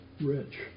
rich